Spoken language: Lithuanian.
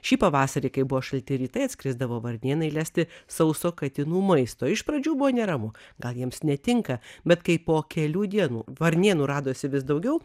šį pavasarį kai buvo šalti rytai atskrisdavo varnėnai lesti sauso katinų maisto iš pradžių buvo neramu gal jiems netinka bet kai po kelių dienų varnėnų radosi vis daugiau